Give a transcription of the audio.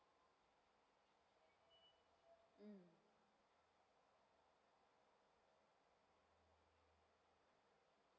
mm